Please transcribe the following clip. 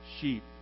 sheep